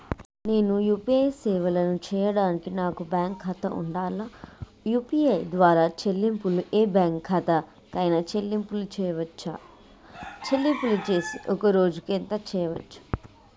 నేను యూ.పీ.ఐ సేవలను చేయడానికి నాకు బ్యాంక్ ఖాతా ఉండాలా? యూ.పీ.ఐ ద్వారా చెల్లింపులు ఏ బ్యాంక్ ఖాతా కైనా చెల్లింపులు చేయవచ్చా? చెల్లింపులు చేస్తే ఒక్క రోజుకు ఎంత చేయవచ్చు?